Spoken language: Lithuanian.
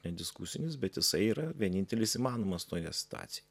nediskusinis bet jisai yra vienintelis įmanomas toje situacijoj